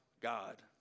God